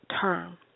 term